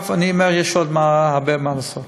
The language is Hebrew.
אני אומר שיש עוד הרבה מה לעשות.